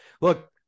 look